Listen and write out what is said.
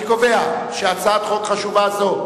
אני קובע שחוק חשוב זה,